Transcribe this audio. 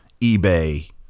eBay